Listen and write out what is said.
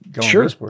sure